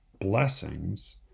blessings